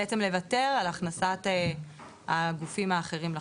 בעצם לוותר על הכנסת הגופים האחרים לחוק,